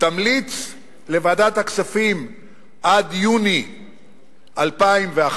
תמליץ לוועדת הכספים עד יוני 2011,